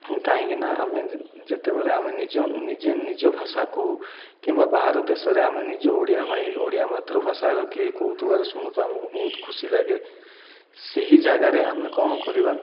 କାହିଁକିନା ଆମେ ଯେତେବେଳେ ଆମେ ନିଜ ନିଜେ ନିଜ ଭାଷା କହୁ କିମ୍ବା ବାହାର ଦେଶରେ ଆମେ ନିଜ ଓଡ଼ିଆ ଭାଇ ଓଡ଼ିଆ ମାତୃଭାଷାର କିଏ କହୁଥିବାର ଶୁଣୁଥୁ ଆମକୁ ବହୁତ ଖୁସି ଲାଗେ ସେହି ଜାଗାରେ ଆମେ କ'ଣ କରିବା